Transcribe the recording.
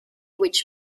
which